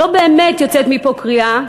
ולא באמת יוצאת מפה קריאה.